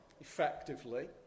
effectively